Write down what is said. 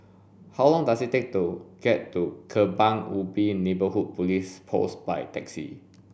how long does it take to get to Kebun Ubi Neighbourhood Police Post by taxi